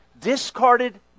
discarded